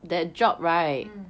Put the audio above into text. mm